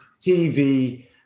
TV